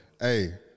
Hey